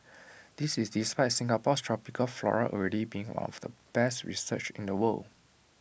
this is despite Singapore's tropical flora already being one of the best researched in the world